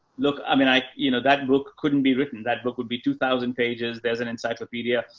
look, i mean, i, you know, that book couldn't be written. that book would be two thousand pages. there's an encyclopedia.